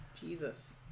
Jesus